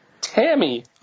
Tammy